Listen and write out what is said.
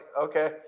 okay